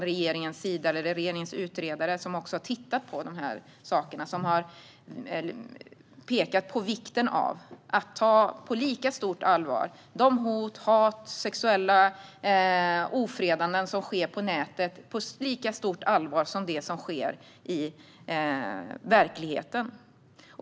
Regeringens utredare har tittat på dessa saker och pekat på vikten av att de hot, det hat och de sexuella ofredanden som sker på nätet tas på lika stort allvar som de som sker i verkligheten.